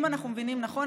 אם אנחנו מבינים נכון,